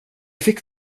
fick